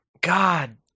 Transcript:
God